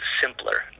simpler